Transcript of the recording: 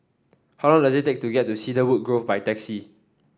how long does it take to get to Cedarwood Grove by taxi